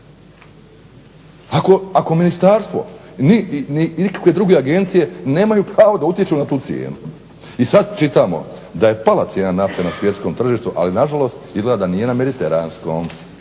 Ako ministarstvo i nikakve druge agencije nemaju pravo da utječu na tu cijenu. I sada čitamo da je pala cijena nafte na svjetskom tržištu ali nažalost izgleda da nije na mediteranskom.